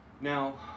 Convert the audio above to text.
Now